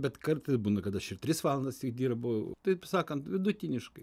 bet kartais būna kad aš ir tris valandas dirbu taip sakant vidutiniškai